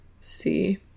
see